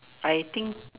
I think